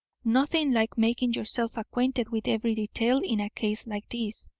nothing like making yourself acquainted with every detail in a case like this.